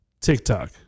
TikTok